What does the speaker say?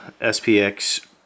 SPX